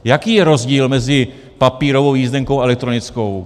Jaký je rozdíl mezi papírovou jízdenkou a elektronickou?